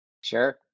Sure